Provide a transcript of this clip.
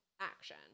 action